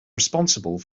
responsible